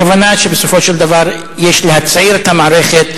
הכוונה שבסופו של דבר יש להצעיר את המערכת,